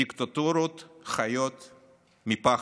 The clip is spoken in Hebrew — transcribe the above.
דיקטטורות חיות מפחד,